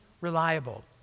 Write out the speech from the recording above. reliable